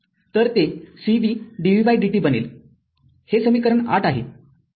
तर ते cv dvdt बनेलहे समीकरण ८ आहे